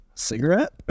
Cigarette